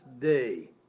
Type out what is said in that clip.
day